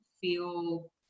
feel